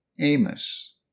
Amos